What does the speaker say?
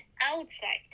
outside